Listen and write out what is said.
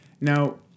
Now